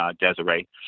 Desiree